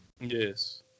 Yes